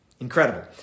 Incredible